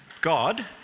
God